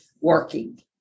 working